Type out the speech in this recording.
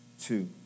two